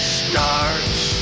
starts